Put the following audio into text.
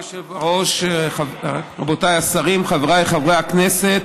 אדוני היושב-ראש, רבותיי השרים, חבריי חברי הכנסת,